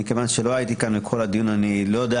מכיוון שלא הייתי כאן בכל הדיון אני לא יודע